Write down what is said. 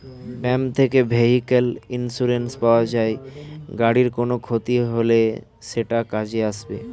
bank থেকে vehicle insurance পাওয়া যায়, গাড়ির কোনো ক্ষতি হলে সেটা কাজে আসবে